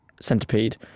Centipede